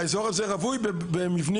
האזור הזה רווי במבנים,